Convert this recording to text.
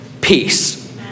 peace